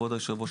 כבוד היושב-ראש,